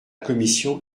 commission